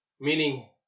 Meaning